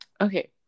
Okay